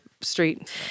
street